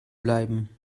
bleiben